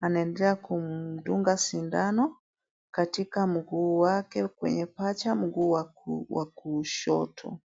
anaendelea kumdunga sindano katika mguu wake kwenye paja, mguu wa kushoto.